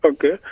Okay